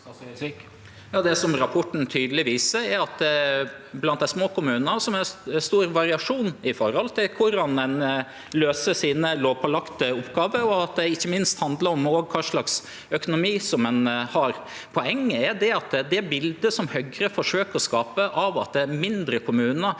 Det som rap- porten tydeleg viser, er at det blant dei små kommunane er stor variasjon i korleis ein løyser sine lovpålagde oppgåver, og at det ikkje minst handlar om kva slags økonomi ein har. Poenget er at det biletet som Høgre forsøkjer å skape av at mindre kommunar